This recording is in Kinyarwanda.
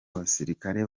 abasirikare